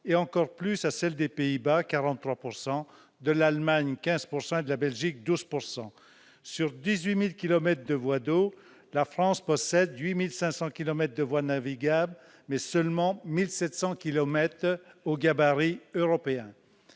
-et, encore plus, à celle des Pays-Bas- 43 %-, de l'Allemagne- 15 % -et de la Belgique- 12 %. Sur 18 000 kilomètres de voies d'eau, la France possède 8 500 kilomètres de voies navigables mais seulement 1 700 kilomètres au gabarit européen.